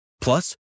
Plus